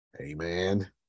amen